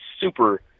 super